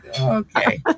okay